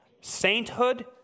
sainthood